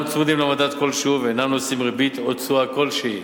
צמודים למדד כלשהו ואינם נושאים ריבית או תשואה כלשהי.